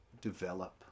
develop